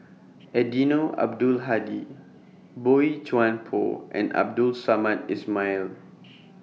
Eddino Abdul Hadi Boey Chuan Poh and Abdul Samad Ismail